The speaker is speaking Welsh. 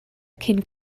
cyn